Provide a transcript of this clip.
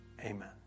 Amen